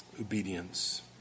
obedience